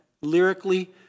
lyrically